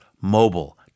mobile